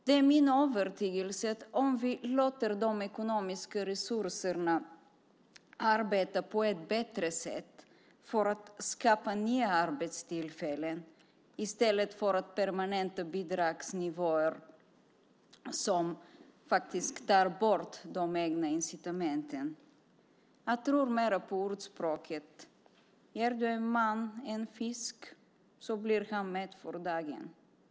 Det är min övertygelse att vi ska låta de ekonomiska resurserna arbeta på ett bättre sätt för att skapa nya arbetstillfällen i stället för att permanenta bidragsnivåer som faktiskt tar bort de egna incitamenten. Jag tror mer på ordspråket: Ger du en man en fisk blir han mätt för dagen.